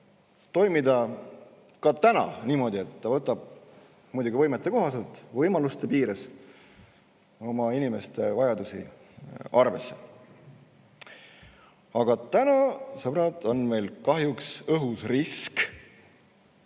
toimida ka praegu niimoodi, et see võtab, muidugi võimaluste piires, oma inimeste vajadusi arvesse. Aga täna, sõbrad, on meil kahjuks õhus risk,